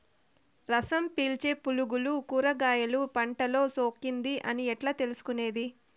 రసం పీల్చే పులుగులు కూరగాయలు పంటలో సోకింది అని ఎట్లా తెలుసుకునేది?